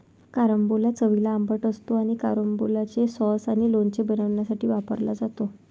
carambola चवीला आंबट असतो आणि कॅरंबोलाचे सॉस आणि लोणचे बनवण्यासाठी वापरला जातो